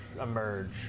emerge